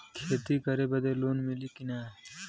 खेती करे बदे लोन मिली कि ना?